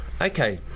okay